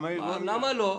למה לא?